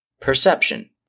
Perception